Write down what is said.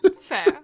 Fair